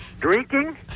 drinking